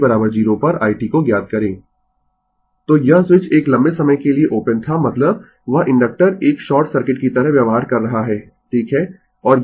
Refer Slide Time 1832 तो यह switch एक लंबे समय के लिए ओपन था मतलब वह इंडक्टर एक शॉर्ट सर्किट की तरह व्यवहार कर रहा है ठीक है